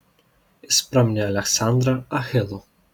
jis praminė aleksandrą achilu